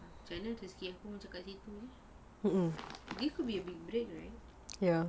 macam mana terisik aku macam kat situ jer this could be a big break right